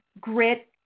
grit